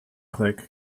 clique